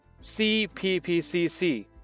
CPPCC